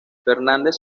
fernández